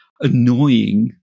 annoying